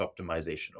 optimization